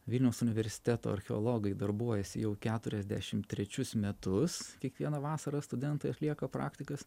vilniaus universiteto archeologai darbuojasi jau keturiasdešim trečius metus kiekvieną vasarą studentai atlieka praktikas